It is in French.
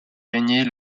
régner